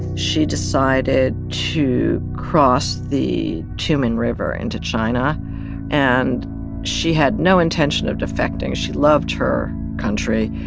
she decided to cross the tumen river into china and she had no intention of defecting. she loved her country.